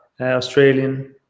Australian